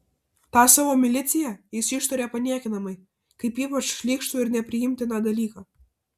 tą savo miliciją jis ištaria paniekinamai kaip ypač šlykštų ir nepriimtiną dalyką